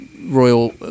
Royal